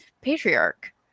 patriarch